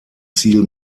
ziel